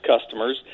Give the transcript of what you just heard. customers